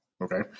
okay